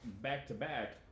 back-to-back